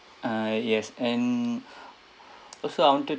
uh yes and also I wanted